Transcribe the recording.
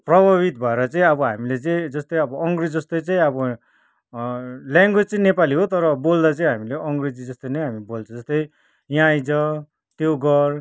प्रभावित भएर चाहिँ अब हामिले चाहिँ जस्तै अब अङ्ग्रेज जस्तै चाहिँ अब ल्याङग्वेज चाहिँ नेपाली हो तर बोल्दा चाहिँ हामिले अङ्ग्रेजी जस्तै नै हामी बोल्छु जस्तै यहाँ आइज त्यो गर